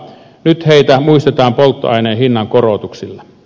nyt heitä muistetaan polttoaineen hinnankorotuksilla